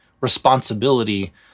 responsibility